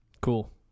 cool